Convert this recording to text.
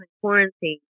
quarantine